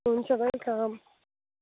हुन्छ वेलकम